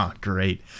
Great